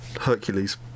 Hercules